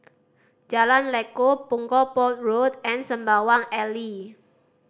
Jalan Lekub Punggol Port Road and Sembawang Alley